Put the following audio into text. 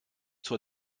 zur